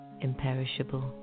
imperishable